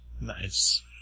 nice